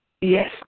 Yes